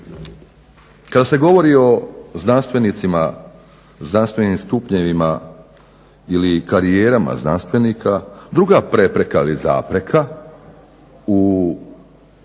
kada se govori o znanstvenicima, znanstvenim stupnjevima ili karijerama znanstvenika druga prepreka ili zapreka u